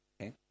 Okay